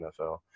NFL